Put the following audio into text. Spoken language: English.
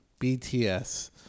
BTS